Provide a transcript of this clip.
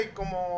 como